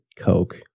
Coke